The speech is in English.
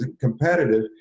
competitive